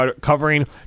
covering